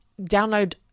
download